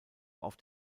auf